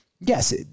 yes